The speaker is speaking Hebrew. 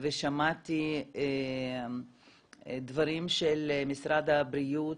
ושמעתי דברים של משרד הבריאות,